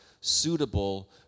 suitable